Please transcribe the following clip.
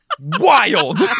Wild